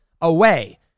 away